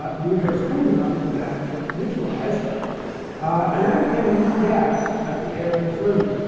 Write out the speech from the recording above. the universe cooled enough so that it neutralized and then it became a neutral gas like the air in this room.